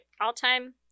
all-time –